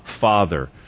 Father